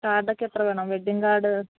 കാർഡൊക്കെ എത്ര വേണം wedding card